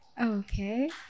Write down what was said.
Okay